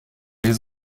les